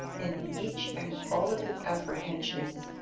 in each and all of its apprehensions,